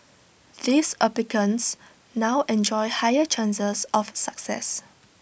these applicants now enjoy higher chances of success